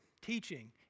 teaching